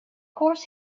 course